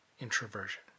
introversion